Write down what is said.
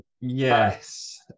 Yes